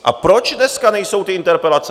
A proč dneska nejsou ty interpelace?